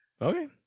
Okay